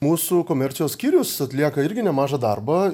mūsų komercijos skyrius atlieka irgi nemažą darbą